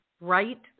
right